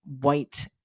white